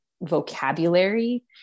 vocabulary